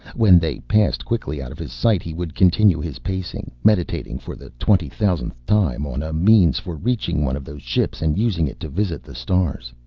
when they passed quickly out of his sight he would continue his pacing, meditating for the twenty-thousandth time on a means for reaching one of those ships and using it to visit the stars.